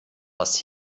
was